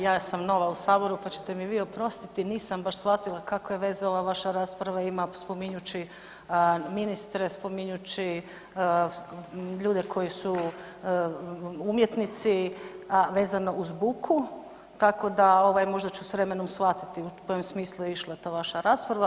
Ja sam nova u Saboru pa ćete vi mi oprostiti, nisam vaš shvatila kakve veze ova vaša rasprava ima spominjući ministre, spominjući ljude koji su umjetnici, a vezno uz buku tako da možda ću s vremenom shvatiti u kojem smislu je išla ta vaša rasprava.